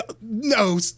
No